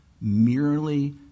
merely